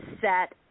set